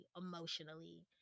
emotionally